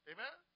Amen